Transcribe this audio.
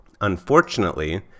Unfortunately